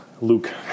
Luke